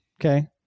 Okay